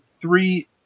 three